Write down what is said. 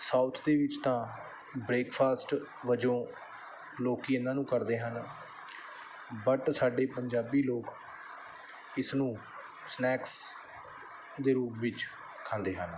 south ਦੇ ਵਿੱਚ ਤਾਂ ਬ੍ਰੇਕਫਾਸਟ ਵਜੋਂ ਲੋਕ ਇਹਨਾਂ ਨੂੰ ਕਰਦੇ ਹਨ ਬੱਟ ਸਾਡੇ ਪੰਜਾਬੀ ਲੋਕ ਇਸ ਨੂੰ ਸਨੈਕਸ ਦੇ ਰੂਪ ਵਿੱਚ ਖਾਂਦੇ ਹਨ